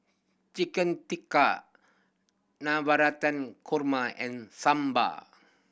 Chicken Tikka Navratan Korma and Sambar